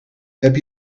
heb